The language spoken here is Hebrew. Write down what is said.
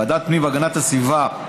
ועדת הפנים והגנת הסביבה,